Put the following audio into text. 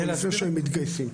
לפני שהם מתגייסים.